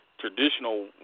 traditional